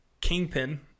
Kingpin